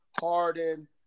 Harden